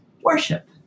worship